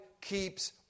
keeps